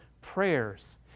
prayers